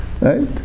Right